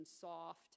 soft